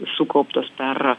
sukauptos per